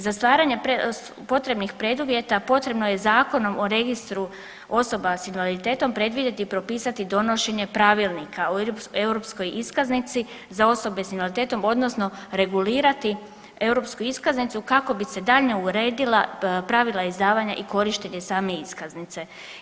Za stvaranje potrebnih preduvjeta potrebno je Zakonom o registru osoba s invaliditetom predvidjeti i propisati donošenje Pravilnika o europskoj iskaznici za osobe s invaliditetom odnosno regulirati europsku iskaznicu kako bi se daljnje uredila pravila izdavanja i korištenje same iskaznice.